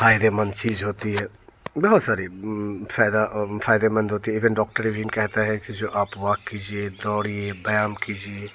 फ़ायदेमंद चीज़ होती है बहुत सारी फ़ायदेमंद होती है डॉक्टर भी कहते है कि जो आप वाक कीजिए दौड़िए व्यायाम कीजिए